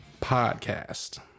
podcast